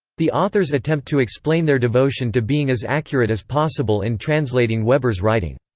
the authors attempt to explain their devotion to being as accurate as possible in translating weber's writing.